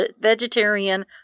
vegetarian